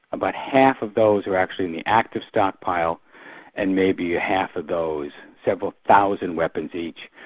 about half of those are actually in the active stockpile and maybe a half of those several thousand weapons each,